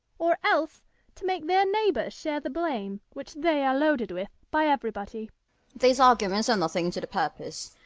or else to make their neighbours share the blame which they are loaded with by everybody these arguments are nothing to the purpose.